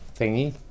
thingy